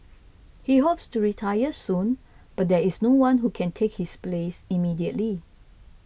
he hopes to retire soon but there is no one who can take his place immediately